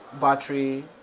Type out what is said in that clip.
battery